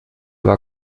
war